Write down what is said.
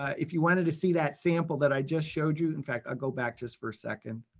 if you wanted to see that sample that i just showed you, in fact i'll go back just for a second.